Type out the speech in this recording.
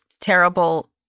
terrible